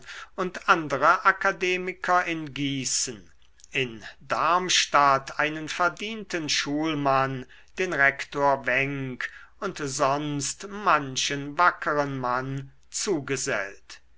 und andere akademiker in gießen in darmstadt einen verdienten schulmann den rektor wenck und sonst manchen wackeren mann zugesellt